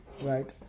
right